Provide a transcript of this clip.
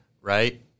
right